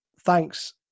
Thanks